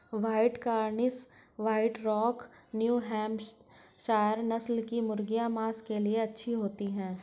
white Cornish, white rock, New Hampshire नस्ल की मुर्गियाँ माँस के लिए अच्छी होती हैं